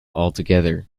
altogether